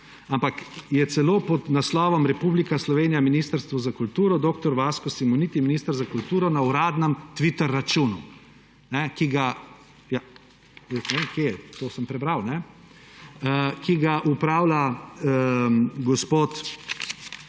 ampak je celo pod naslovom Republika Slovenija Ministrstvo za kulturo, dr. Vasko Simoniti, minister za kulturo na uradnem Twitter računu – ne vem, kje,